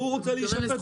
והוא רוצה להישפט,